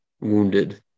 Wounded